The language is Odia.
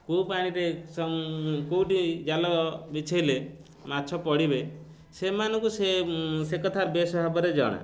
କେଉଁ ପାଣିରେ କେଉଁଠି ଜାଲ ବିଛେଇଲେ ମାଛ ପଡ଼ିବେ ସେମାନଙ୍କୁ ସେ ସେ କଥା ବେଶ୍ ଭାବରେ ଜଣା